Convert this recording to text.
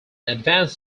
advanced